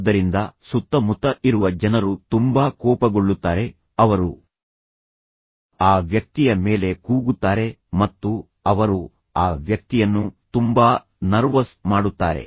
ಆದ್ದರಿಂದ ಸುತ್ತಮುತ್ತ ಇರುವ ಜನರು ತುಂಬಾ ಕೋಪಗೊಳ್ಳುತ್ತಾರೆ ಅವರು ಆ ವ್ಯಕ್ತಿಯ ಮೇಲೆ ಕೂಗುತ್ತಾರೆ ಮತ್ತು ಅವರು ಆ ವ್ಯಕ್ತಿಯನ್ನು ತುಂಬಾ ನರ್ವಸ್ ಮಾಡುತ್ತಾರೆ